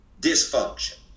Dysfunction